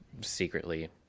secretly